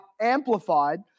amplified